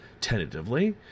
tentatively